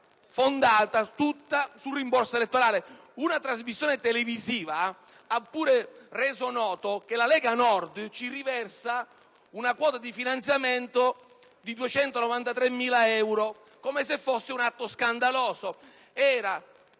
fondata tutta sul rimborso elettorale. Una trasmissione televisiva ha pure reso noto che la Lega Nord ci riversa una quota di finanziamento di 293.000 euro come se fosse un atto scandaloso.